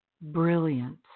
brilliant